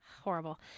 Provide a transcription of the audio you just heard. Horrible